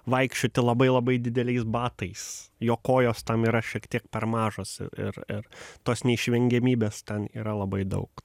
vaikščioti labai labai dideliais batais jo kojos tam yra šiek tiek per mažos ir ir tos neišvengiamybės ten yra labai daug